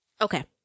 Okay